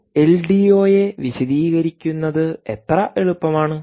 ഒരു എൽഡിഒയെ വിശദീകരിക്കുന്നത് എത്ര എളുപ്പമാണ്